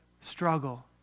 struggle